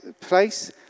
place